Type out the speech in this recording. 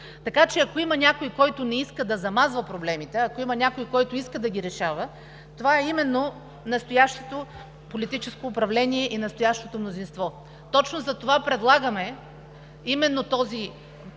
Така че, ако има някой, който не иска да замазва проблемите, ако има някой, който иска да ги решава, това е именно настоящото политическо управление и настоящото мнозинство. Точно затова предлагаме именно това